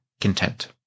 content